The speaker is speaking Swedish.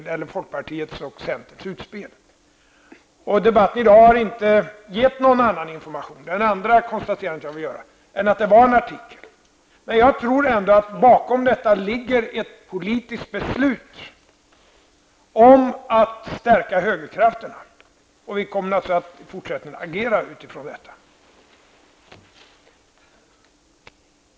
Det andra konstaterandet jag vill göra är att debatten inte har gett någon annan information än att det var en artikel. Jag tror ändå att bakom detta ligger ett politiskt beslut om att stärka högerkrafterna. Vi kommer alltså att i fortsättningen agera utifrån detta.